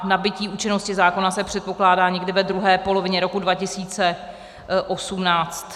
Nabytí účinnosti zákona se předpokládá někdy ve druhé polovině roku 2018.